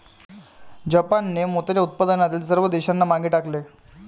जापानने मोत्याच्या उत्पादनातील सर्व देशांना मागे टाकले